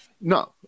No